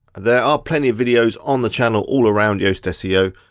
there are plenty of videos on the channel all around yoast seo,